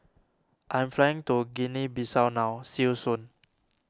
I am flying to Guinea Bissau now see you soon